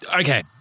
Okay